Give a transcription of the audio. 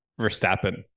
Verstappen